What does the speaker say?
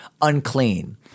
unclean